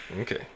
Okay